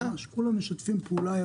כולם משתפים פעולה.